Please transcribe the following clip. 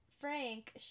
frank